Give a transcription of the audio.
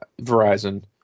verizon